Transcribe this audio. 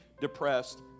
depressed